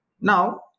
Now